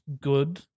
good